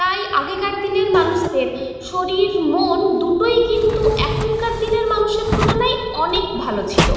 তাই আগেকার দিনের মানুষদের শরীর মন দুটোই কিন্তু এখনকার দিনের মানুষের তুলনায় অনেক ভালো ছিল